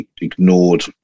ignored